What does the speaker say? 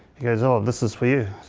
he goes, oh, this is for you.